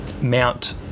mount